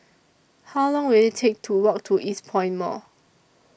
How Long Will IT Take to Walk to Eastpoint Mall